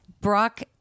Brock